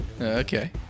Okay